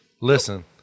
Listen